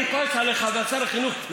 אני כועס עליך ועל שר החינוך,